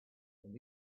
and